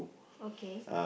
okay